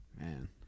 Man